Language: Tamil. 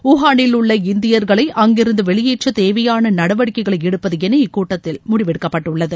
வுஹானிலுள்ள இந்தியர்களை அங்கிருந்து வெளியேற்ற தேவையான நடவடிக்கைகளை எடுப்பது என இக்கூட்டத்தில் முடிவெடுக்கப்பட்டுள்ளது